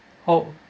oh